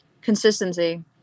Consistency